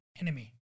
Enemy